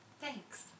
Thanks